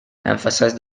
emphasized